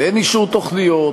ואין אישור תוכניות,